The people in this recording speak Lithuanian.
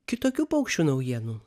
kitokių paukščių naujienų